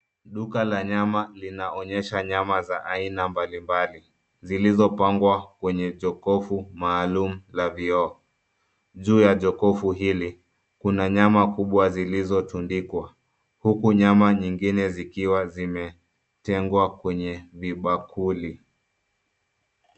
Duka la nyama linaonyesha nyama za aina mbalimbali zilizopangwa kwenye jokovu maalum la vioo. Juu ya jokovu hili, kuna nyama kubwa zilizotundikwa, huku nyama nyingine zikiwa zimetengwa kwenye vibakuli.